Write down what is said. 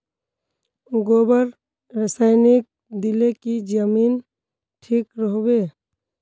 गोबर रासायनिक दिले की जमीन ठिक रोहबे?